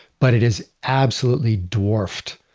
but it is absolutely dwarfed.